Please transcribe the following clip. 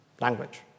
language